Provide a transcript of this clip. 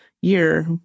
year